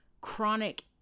chronic